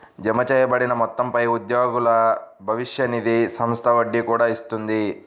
జమచేయబడిన మొత్తంపై ఉద్యోగుల భవిష్య నిధి సంస్థ వడ్డీ కూడా ఇస్తుంది